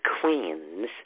queens